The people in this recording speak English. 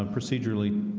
um procedurally.